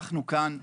אנו כאן,